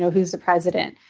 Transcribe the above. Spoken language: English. who's the president?